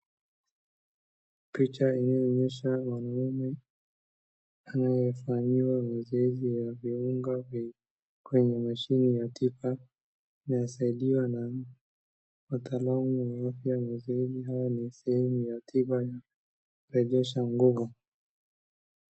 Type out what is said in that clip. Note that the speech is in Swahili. Picha inaonyesha mwanaume anayefanyiwa mazoezi ya viungo vyake kwenye mashine ya tiba anayesaidiwa na mtaalamu wa afya. Mazoezi haya ni ya sehemu ya tiba ya kurejesha nguvu.